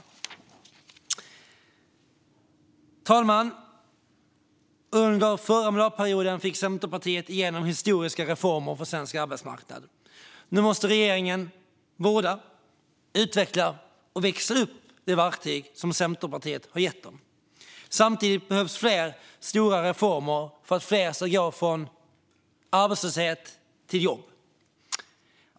Fru talman! Under förra mandatperioden fick Centerpartiet igenom historiska reformer av svensk arbetsmarknad. Nu måste regeringen vårda, utveckla och växla upp de verktyg som Centerpartiet gett den. Samtidigt behövs stora reformer för att fler ska gå från arbetslöshet till jobb.